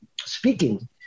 speaking